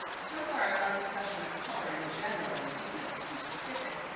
so far, our discussion of color in general, and pigments in specific,